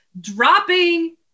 dropping